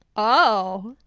oh.